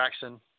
Jackson